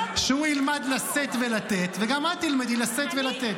שהוא ילמד לשאת ולתת וגם את תלמדי לשאת ולתת.